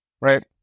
Right